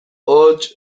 hots